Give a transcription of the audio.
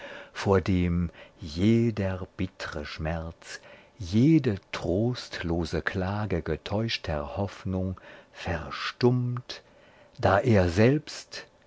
vor dem jeder bittre schmerz jede trostlose klage getäuschter hoffnung verstummt da er selbst